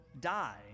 die